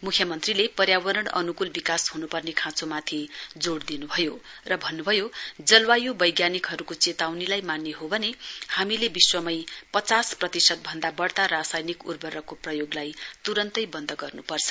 मुख्यमन्त्रीले पर्यावरण अनुकूल विकास हनुपर्ने खाँचोमाथि जोड दिनुभयो र भन्नुभयो जलवाय् वैज्ञानिकहरुको चेताउनीलाई मान्ने हो भने हामीले विश्वमै पचास प्रतिशत भन्दा वढ़ता रासायनिक उर्वरकको प्रयोगलाई तुरन्तै वन्द गर्नुपर्छ